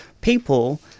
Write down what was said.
people